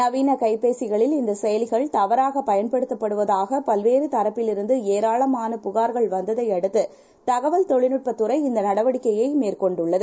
நவீனகைபேசிகளில்இந்தசெயலிகள்தவறாகபயன்படுத்துவதாகபல்வேறுதரப்பில்இ ருந்தும்ஏராளமானபுகார்கள்வந்ததைஅடுத்து தகவல்தொழில்நுட்பத்துறைஇந்தநடவடிக்கையைமேற்கொண்டுள்ளது